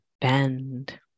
Bend